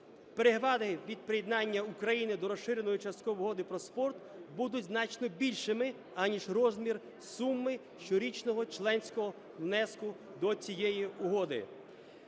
Переваги від приєднання України до Розширеної часткової угоди про спорт будуть значно більшими, аніж розмір суми щорічного членського внеску до цієї угоди.